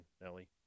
Nelly